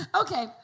Okay